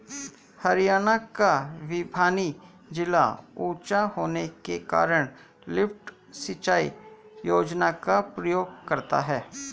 हरियाणा का भिवानी जिला ऊंचा होने के कारण लिफ्ट सिंचाई योजना का प्रयोग करता है